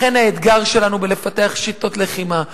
לכן האתגר שלנו הוא לפתח שיטות לחימה,